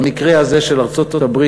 במקרה הזה של ארצות-הברית,